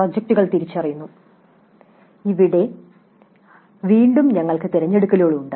പ്രോജക്റ്റുകൾ തിരിച്ചറിയുന്നു വീണ്ടും ഇവിടെ ഞങ്ങൾക്ക് തിരഞ്ഞെടുക്കലുകൾ ഉണ്ട്